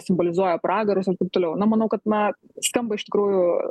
simbolizuoja pragarus ir taip toliau na manau kad na skamba iš tikrųjų